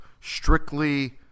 strictly –